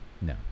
No